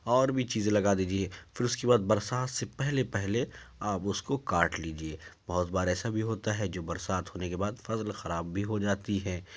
اور بھی چیزیں لگا دیجیے پھر اس کے بعد برسات سے پہلے پہلے آپ اس کو کاٹ لیجیے بہت بار ایسا بھی ہوتا ہے جو برسات ہونے کے بعد فصل خراب بھی ہو جاتی ہے